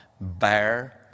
Bear